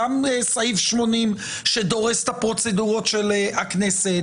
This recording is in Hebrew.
גם סעיף 80 שדורס את הפרוצדורות של הכנסת,